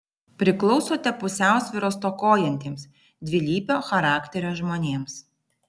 priklausote pusiausvyros stokojantiems dvilypio charakterio žmonėms